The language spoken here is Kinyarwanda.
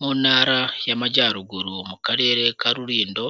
Mu ntara y'amajyaruguru mu karere ka Rulindo,